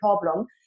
problem